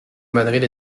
madrid